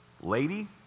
lady